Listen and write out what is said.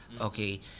Okay